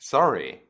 Sorry